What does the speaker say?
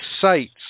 sites